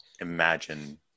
imagine